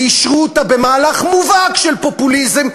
ואישרו אותם במהלך מובהק של פופוליזם,